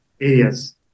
areas